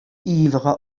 ivige